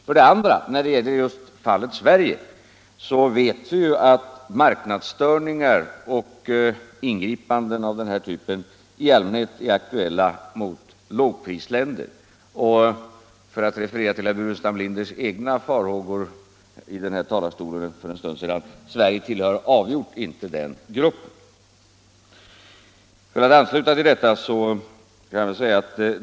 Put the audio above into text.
För det andra vet vi när det gäller just fallet Sverige att marknadsstörningar och ingripanden av den här typen i allmänhet är aktuella mot lågprisländer. För att referera till herr Burenstam Linders egna farhågor i den här talarstolen för en stund sedan vill jag säga att Sverige avgjort inte tillhör den gruppen.